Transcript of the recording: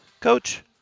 Coach